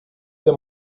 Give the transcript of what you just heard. them